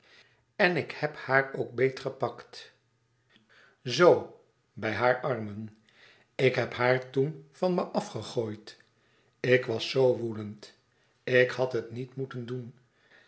en ik heb haar ook beetgepakt z bij haar armen ik heb haar toen van me afgegooid ik was zoo woedend ik had het niet moeten doen